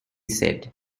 said